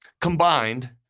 Combined